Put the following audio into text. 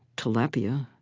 tilapia,